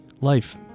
life